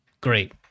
Great